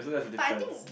but I think